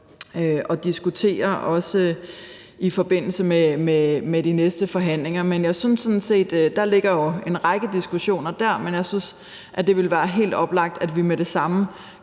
at diskutere, også i forbindelse med de næste forhandlinger. Der ligger jo en række diskussioner dér, men jeg synes, at det er helt oplagt, at vi med det samme